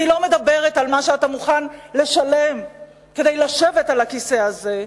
אני לא מדברת על מה שאתה מוכן לשלם כדי לשבת על הכיסא הזה,